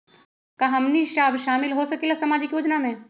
का हमनी साब शामिल होसकीला सामाजिक योजना मे?